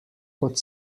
kot